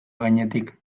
gainetik